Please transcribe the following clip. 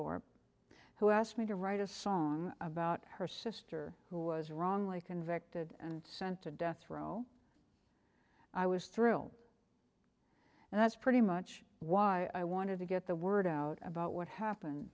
or who asked me to write a song about her sister who was wrongly convicted and sent to death row i was thrilled and that's pretty much why i wanted to get the word out about what happened